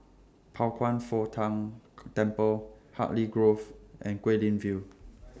Pao Kwan Foh Tang Temple Hartley Grove and Guilin View